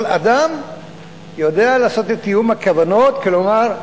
כל אדם יודע לעשות את תיאום הכוונות, כלומר,